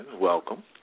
Welcome